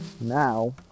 now